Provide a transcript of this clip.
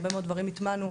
הרבה מאוד דברים הטמענו,